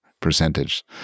percentage